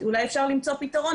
אולי אפשר למצוא פתרון,